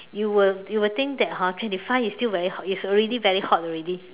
you will you will think that hor twenty five is still very hot it's already very hot already